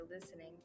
listening